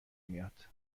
میاد